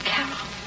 Carol